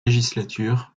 législatures